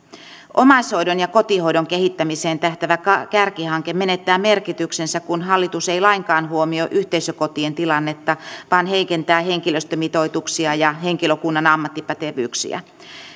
omaishoidon ja kotihoidon kehittämiseen tähtäävä kärkihanke menettää merkityksensä kun hallitus ei lainkaan huomioi yhteisökotien tilannetta vaan heikentää henkilöstömitoituksia ja henkilökunnan ammattipätevyyksiä